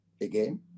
Again